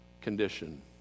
condition